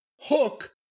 Hook